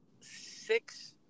six